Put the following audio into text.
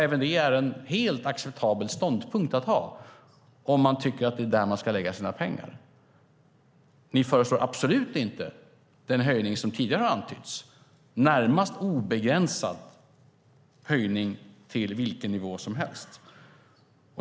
Även det är en helt acceptabel ståndpunkt att ha - om man tycker att det är där man ska lägga sina pengar. Ni föreslår absolut inte den höjning som tidigare har antytts - en närmast obegränsad höjning till vilken nivå som helst.